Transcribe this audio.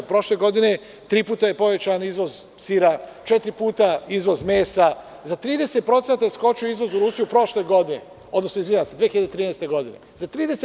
Prošle godine tri puta je povećan izvoz sira, četiri puta izvoz mesa, za 30% skočio izvoz u Rusiju prošle godine, odnosno izvinjavam se 2013. godine za 30%